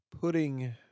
putting